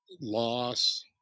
loss